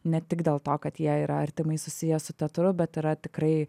ne tik dėl to kad jie yra artimai susiję su teatru bet yra tikrai